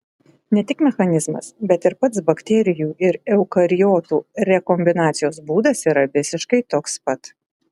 ne tik mechanizmas bet ir pats bakterijų ir eukariotų rekombinacijos būdas yra visiškai toks pat